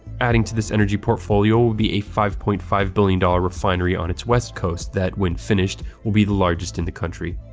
adding to its energy portfolio will be a five point five billion dollars refinery on its west coast that, when finished, will be the largest in the country.